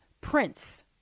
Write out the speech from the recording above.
prince